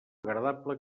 agradable